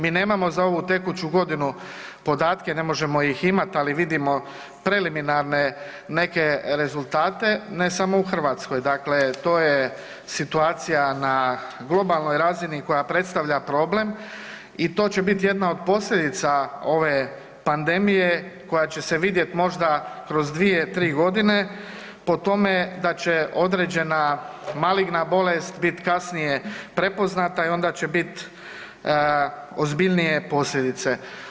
Mi nemamo za ovu tekuću godinu podatke, ne možemo ih imat, ali vidimo preliminarne neke rezultate, ne samo u Hrvatskoj, dakle to je situacija na globalnoj razini koja predstavlja problem i to će bit jedna od posljedica ove pandemije koja će se vidjet možda kroz 2-3.g. po tome da će određena maligna bolest bit kasnije prepoznata i onda će biti ozbiljnije posljedice.